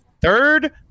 third